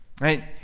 right